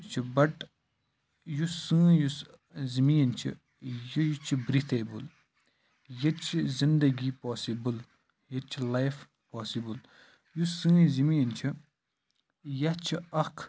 چھِ بَٹ یُس سٲنۍ یُس زٔمین چھِ یہِ چھِ برتھیبٕل ییٚتہِ چھِ زِندگی پاسِبٕل ییٚتہِ چھِ لایَف پاسِبٕل یُس سٲنۍ زٔمین چھِ یتھ چھِ اَکھ